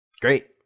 great